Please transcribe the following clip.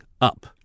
up